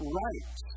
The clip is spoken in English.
right